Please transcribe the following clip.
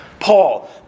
Paul